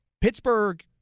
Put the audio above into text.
Pittsburgh